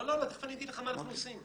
לא, תיכף אני אגיד לך מה אנחנו עושים.